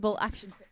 action